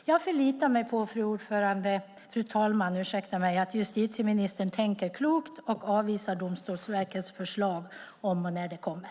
Fru talman! Jag förlitar mig på att justitieministern tänker klokt och avvisar Domstolsverkets förslag om och när det kommer.